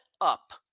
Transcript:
up